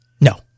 No